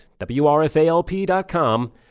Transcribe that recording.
WRFALP.com